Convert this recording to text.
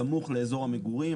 בסמוך לאזור המגורים,